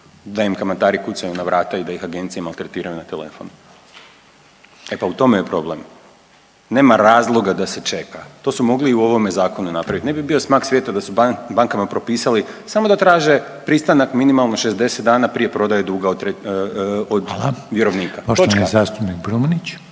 da im kamatari kucaju na vrata i da ih agencije maltretiraju na telefon. E pa u tome je problem. Nema razloga da se čeka. To su mogli i u ovome zakonu napraviti, ne bi bio smak svijeta da su bankama propisali, samo da traže pristanak minimalno 60 dana prije prodaje duga od vjerovnika. Točka.